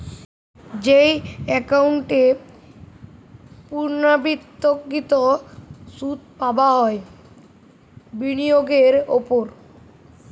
যেই একাউন্ট এ পূর্ণ্যাবৃত্তকৃত সুধ পাবা হয় বিনিয়োগের ওপর